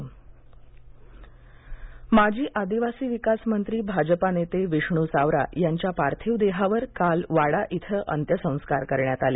सावरा अंत्यसंस्कार माजी आदिवासी विकास मंत्री भाजपा नेते विष्णू सावरा यांच्या पार्थिव देहावर काल वाडा इथं अंत्यसंस्कार करण्यात आले